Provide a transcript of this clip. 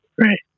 Right